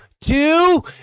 two